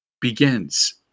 begins